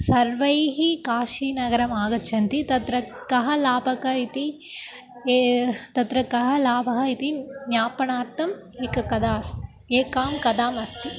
सर्वैः काशीनगरम् आगच्छन्ति तत्र कः लाभः इति तत्र कः लाभः इति ज्ञापणार्थम् एका कथा अस्ति एका कथा अस्ति